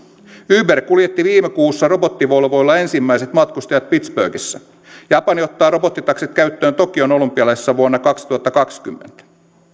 uber kuljetti viime kuussa robottivolvoilla ensimmäiset matkustajat pittsburghissa japani ottaa robottitaksit käyttöön tokion olympialaisissa vuonna kaksituhattakaksikymmentä